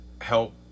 help